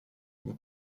vous